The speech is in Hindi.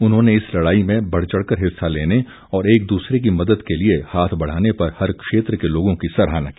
उन्होंने इस लड़ाई में बढ़ चढ़कर हिस्सा लेने और एक दूसरे की मदद के लिए हाथ बढ़ाने पर हर क्षेत्र के लोगों की सराहना की